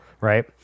right